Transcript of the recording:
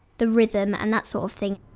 the rhythm and that sort of thing.